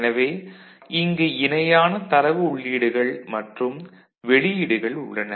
எனவே இங்கு இணையான தரவு உள்ளீடுகள் மற்றும் வெளியீடுகள் உள்ளன